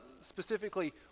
specifically